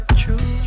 true